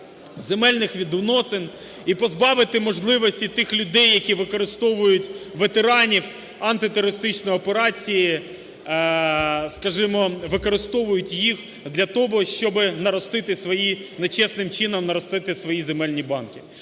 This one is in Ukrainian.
земельних відносин і позбавити можливості тих людей, які використовують ветеранів антитерористичної операції, скажімо, використовують їх для того, щоб наростити свої, не чесним